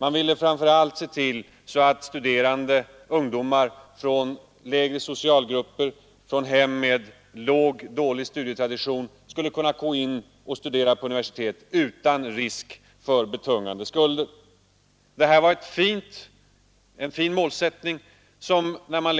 Man ville framför allt se till att studerande ungdomar från lägre socialgrupper, från hem med dålig studietradition, skulle kunna studera vid universitet utan risk för betungande skulder. Det här var en fin målsättning, som alla